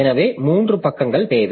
எனவே மூன்று பக்கங்கள் தேவை